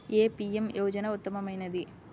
ఏ PM యోజన ఉత్తమమైనది?